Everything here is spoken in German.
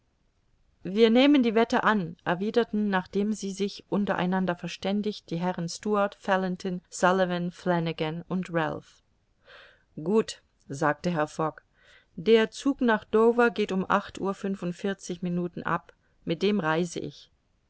wir nehmen die wette an erwiderten nachdem sie sich unter einander verständigt die herren stuart fallentin sullivan flanagan und ralph gut sagte herr fogg der zug nach dover geht um acht uhr fünfundvierzig minuten ab mit dem reise ich